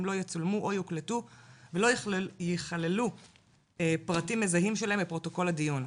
הם לא יצולמו או יוקלטו ולא יכללו פרטים מזהים שלהם בפרוטוקול הדיון.